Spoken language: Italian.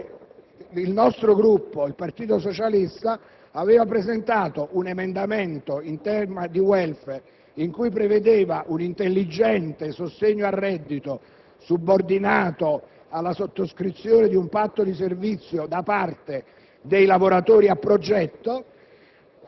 di legge finanziaria, su cui il nostro Gruppo, il Partito Socialista, aveva presentato un emendamento in tema di *welfare* che prevedeva un intelligente sostegno al reddito (subordinato alla sottoscrizione di un patto di servizio da parte